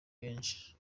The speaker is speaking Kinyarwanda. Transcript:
benshi